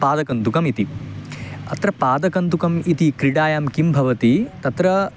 पादकन्दुकमिति अत्र पादकन्दुकम् इति क्रीडायां किं भवति तत्र